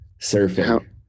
Surfing